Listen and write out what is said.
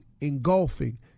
engulfing